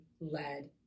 led